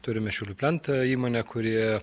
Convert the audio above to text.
turime šiaulių plentą įmonę kuri